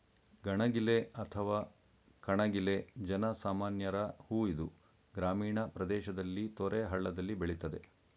ಗಣಗಿಲೆ ಅಥವಾ ಕಣಗಿಲೆ ಜನ ಸಾಮಾನ್ಯರ ಹೂ ಇದು ಗ್ರಾಮೀಣ ಪ್ರದೇಶದಲ್ಲಿ ತೊರೆ ಹಳ್ಳದಲ್ಲಿ ಬೆಳಿತದೆ